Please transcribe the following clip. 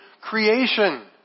creation